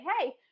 Hey